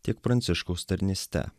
tiek pranciškaus tarnyste